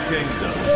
Kingdom